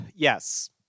Yes